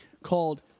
called